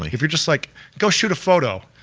like if you're just like go shoot a photo,